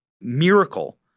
miracle